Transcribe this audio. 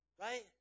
right